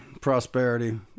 prosperity